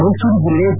ಮೈಸೂರು ಜಿಲ್ಲೆ ತಿ